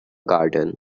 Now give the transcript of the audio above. garden